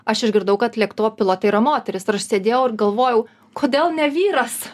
aš išgirdau kad lėktuvo pilotė yra moteris ir aš tad sėdėjau ir galvojau kodėl ne vyras